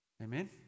Amen